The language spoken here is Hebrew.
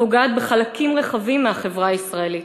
הפוגעת בחלקים רחבים מהחברה הישראלית.